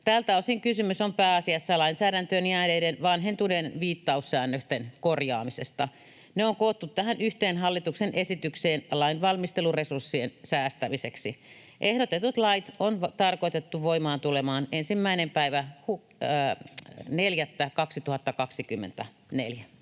Tältä osin kysymys on pääasiassa lainsäädäntöön jääneiden vanhentuneiden viittaussäännösten korjaamisesta. Ne on koottu tähän yhteen hallituksen esitykseen lain valmisteluresurssien säästämiseksi. Ehdotetut lait on tarkoitettu tulemaan voimaan 1.4.2024.